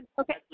Okay